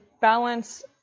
balance